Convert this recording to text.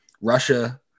Russia